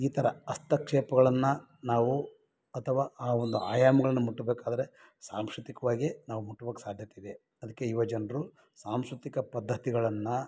ಈ ಥರ ಹಸ್ತಕ್ಷೇಪಗಳನ್ನ ನಾವು ಅಥವಾ ಆ ಒಂದು ಆಯಾಮಗಳನ್ನ ಮುಟ್ಬೇಕಾದರೆ ಸಾಂಸ್ಕೃತಿಕವಾಗಿ ನಾವು ಮುಟ್ಟುವುದಕ್ಕೆ ಸಾಧ್ಯತೆ ಇದೆ ಅದಕ್ಕೆ ಯುವ ಜನರು ಸಾಂಸ್ಕೃತಿಕ ಪದ್ಧತಿಗಳನ್ನು